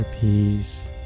peace